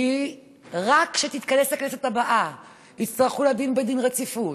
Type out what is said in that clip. כי רק כשתתכנס הכנסת הבאה יצטרכו להביא את זה בדין רציפות,